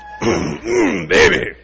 Baby